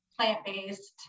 plant-based